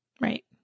Right